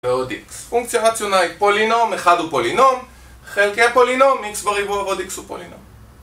פונקציה רציונלית , פולינום, 1 הוא פולינום, חלקי הפולינום x בריבוע עוד x הוא פולינום.